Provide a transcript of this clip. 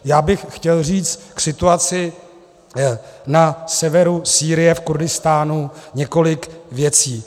Já bych chtěl říct k situaci na severu Sýrie v Kurdistánu několik věcí.